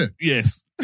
Yes